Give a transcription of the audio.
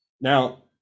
Now